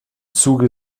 zuge